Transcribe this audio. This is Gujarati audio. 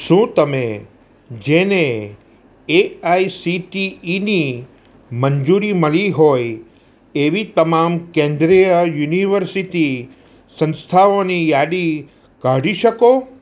શું તમે જેને એઆઈસીટીઇની મંજૂરી મળી હોય એવી તમામ કેન્દ્રિય યુનિવર્સિટી સંસ્થાઓની યાદી કાઢી શકો